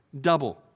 double